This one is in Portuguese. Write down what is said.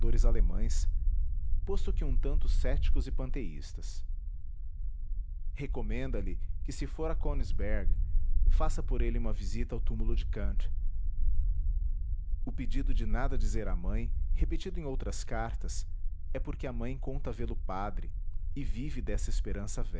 pensadores alemães posto que um tanto cépticos e panteístas recomenda lhe que se for a knigsberg faça por ele uma visita ao túmulo de kant o pedido de nada dizer à mãe repetido em outras cartas é porque a mãe conta vê-lo padre e vive desta esperança